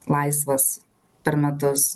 laisvas per metus